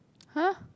[huh]